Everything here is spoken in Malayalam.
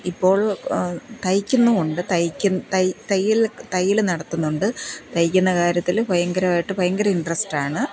ഇപ്പോള് തയ്ക്കുന്നും ഉണ്ട് തയ്യല് തയ്യൽ നടത്തുന്നുണ്ട് തയ്ക്കുന്ന കാര്യത്തിൽ ഭയങ്കരമായിട്ട് ഭയങ്കര ഇന്ട്രെസ്റ്റ് ആണ്